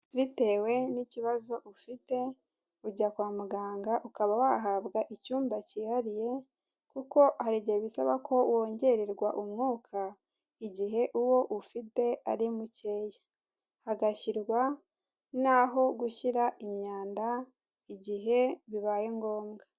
Bitewe n'ikibazo ufite ujya kwa muganga ukaba wahabwa icyumba kihariye kuko hari igihe bisaba ko wongererwa umwuka igihe uwo ufite ari mukeya, hagashyirwa naho gushyira imyanda igihe bibaye ngombwa.